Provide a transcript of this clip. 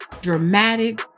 dramatic